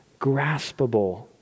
graspable